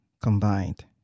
combined